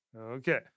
Okay